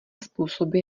způsoby